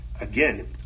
Again